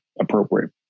appropriate